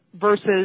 versus